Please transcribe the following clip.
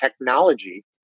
technology